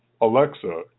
Alexa